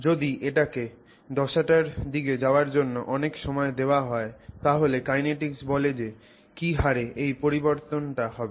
যদি এটাকে দশাটার দিকে যাওয়ার জন্য অনেক সময় দেওয়া হয় তাহলে কাইনেটিক্সটা বলে যে কি হারে এই পরিবর্তনটা হবে